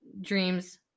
dreams